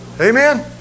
Amen